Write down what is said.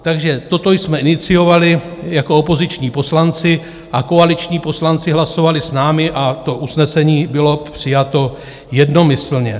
Takže toto jsme iniciovali jako opoziční poslanci, koaliční poslanci hlasovali s námi a to usnesení bylo přijato jednomyslně.